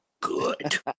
good